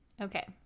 Okay